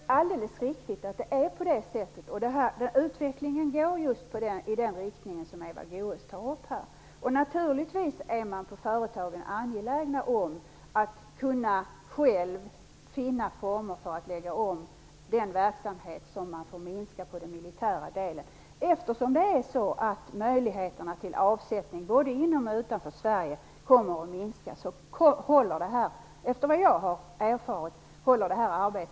Fru talman! Det är alldeles riktigt att det är på det sättet. Utvecklingen går just i den riktning som Eva Goes här tar upp. Naturligtvis är företagen angelägna om att själva kunna finna former för att lägga om den minskade verksamheten i den militära industrin. Eftersom möjligheterna till avsättning kommer att minska, både inom och utanför Sverige, håller detta arbete på att utvecklas, enligt vad jag har erfarit.